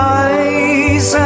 eyes